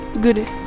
good